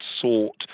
sought